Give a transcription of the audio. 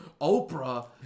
Oprah